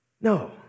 no